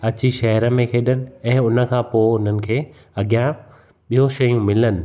अची शहर में खेॾनि ऐं उन खां पोइ उन्हनि खे अॻियां ॿियूं शयूं मिलनि